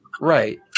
Right